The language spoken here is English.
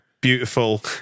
beautiful